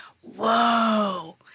whoa